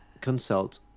consult